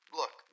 look